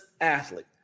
athlete